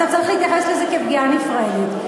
אתה צריך להתייחס לזה כפגיעה נפרדת.